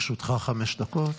לרשותך חמש דקות.